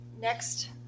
next